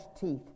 teeth